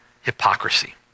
hypocrisy